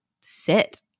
sit